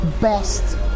best